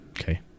Okay